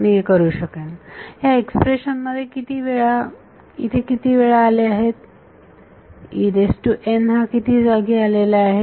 मी करू शकेन ह्या एक्सप्रेशन मध्ये इथे किती वेळा आले आहेत हा किती जागी आलेला आहे